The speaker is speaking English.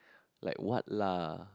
like what lah